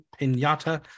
pinata